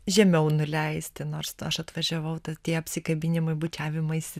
žemiau nuleisti norst aš atvažiavau tad tie apsikabinimai bučiavimaisi